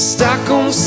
Stockholm